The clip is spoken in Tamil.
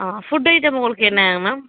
ஃபுட் ஐட்டம் உங்களுக்கு என்ன மேம்